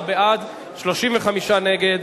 14 בעד, 35 נגד.